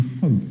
hope